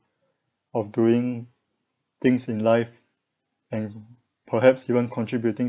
of doing things in life and perhaps even contributing